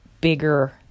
bigger